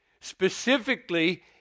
specifically